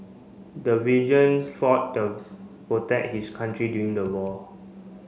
the fought to protect his country during the war